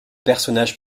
personnage